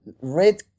red